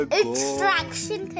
extraction